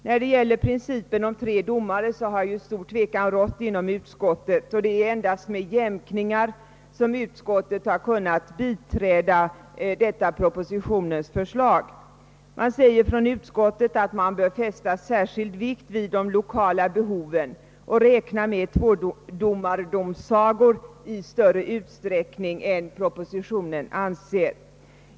När det gäller principen om tre domare har stor tvekan rått inom utskottet, och det är endast med jämkningar som vi kunnat biträda propositionsförslaget. Vi uttalar att särskild vikt bör fästas vid de lokala behoven och att man bör räkna med tvådomardomsagor i större usträckning än vad som anges i propositionen.